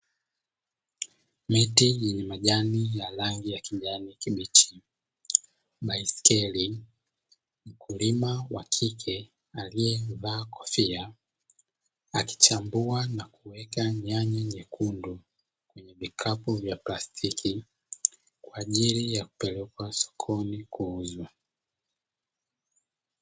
Miti yenye majani ya rangi ya kijani kibichi, baiskeli, mkulima wa kike alievaa kofia akichambua na kuweka nyanya nyekundu kwenye vikapu vya plastiki kwajili ya kupelekwa sokoni kuuzwa.